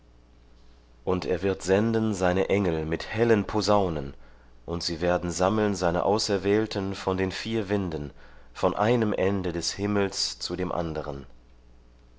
und er wird senden seine engel mit hellen posaunen und sie werden sammeln seine auserwählten von den vier winden von einem ende des himmels zu dem anderen